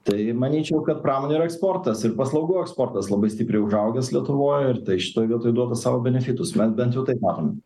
tai manyčiau kad pramonė ir eksportas ir paslaugų eksportas labai stipriai užaugęs lietuvoj ir tai šitoj vietoj duoda savo benefitus bet bent jau taip manom